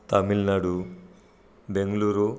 Tamil Nadu Bengaluru